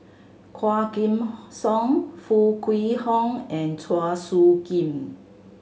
Quah Kim Song Foo Kwee Horng and Chua Soo Khim